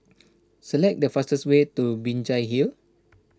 select the fastest way to Binjai Hill